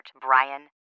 Brian